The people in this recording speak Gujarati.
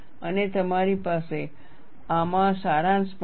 અને તમારી પાસે આમાં સારાંશ પણ છે